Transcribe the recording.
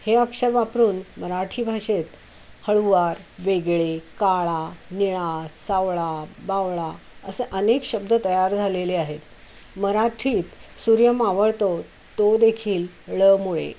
हे अक्षर वापरून मराठी भाषेत हळुवार वेगळे काळा निळा सावळा बावळा असे अनेक शब्द तयार झालेले आहेत मराठीत सूर्य मावळतो तोदेखील ळ मुळे